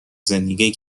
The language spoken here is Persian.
زندگی